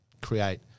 create